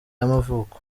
y’amavuko